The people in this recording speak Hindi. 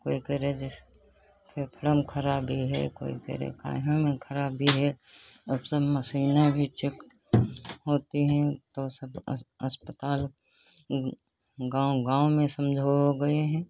कोई केरे दिस फेफड़म खराबी है कोई के काहे में खराबी है और सब मशीनय भी चेक होती है तो सब अस अस्पताल गाँव गाँव में समझो हो गए हैं